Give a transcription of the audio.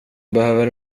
behöver